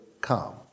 come